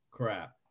crap